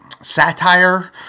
satire